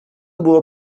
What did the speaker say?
było